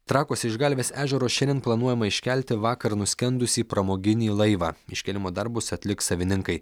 trakuose iš galvės ežero šiandien planuojama iškelti vakar nuskendusį pramoginį laivą iškėlimo darbus atliks savininkai